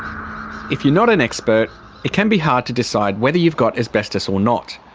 if you're not an expert it can be hard to decide whether you've got asbestos or not.